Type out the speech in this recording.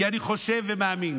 כי אני חושב ומאמין